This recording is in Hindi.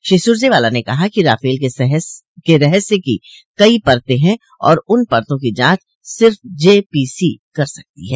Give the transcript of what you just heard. श्री सुरजवाला ने कहा कि राफल के रहस्य की कई परतें हैं और उन परतों की जांच सिर्फ जे पी सी कर सकती है